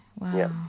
Wow